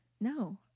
no